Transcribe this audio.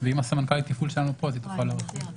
ואם סמנכ"לית התפעול שלנו פה, היא תוכל להרחיב.